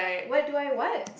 what do I what